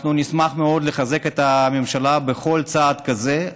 אנחנו נשמח מאוד לחזק את הממשלה בכל צעד כזה,